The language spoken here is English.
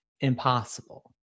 impossible